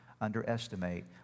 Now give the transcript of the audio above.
underestimate